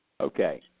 Okay